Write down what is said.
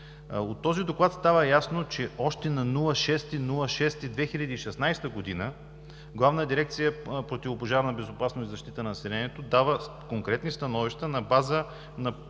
От този доклад става ясно, че още на 6 юни 2016 г. Главна дирекция „Противопожарна безопасност и защита на населението“ дава конкретни становища на база на